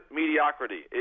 mediocrity